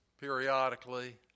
periodically